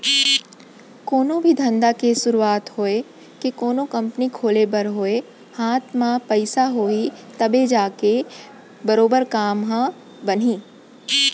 कोनो भी धंधा के सुरूवात होवय के कोनो कंपनी खोले बर होवय हाथ म पइसा होही तभे जाके बरोबर काम ह बनही